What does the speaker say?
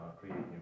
creating